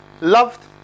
loved